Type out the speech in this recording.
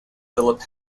philip